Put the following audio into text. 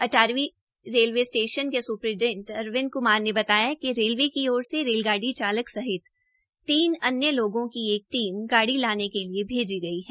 अटारी railway station के superintendent Arvind Kumar ने बताया कि रेलवे की ओर से रेलगाड़ी चालक सहित तीन अन्य लोगों की एक टीम गाड़ी लाने के लिये भेजी गई है